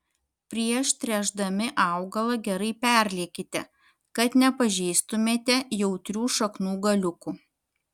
prieš tręšdami augalą gerai perliekite kad nepažeistumėte jautrių šaknų galiukų